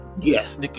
Yes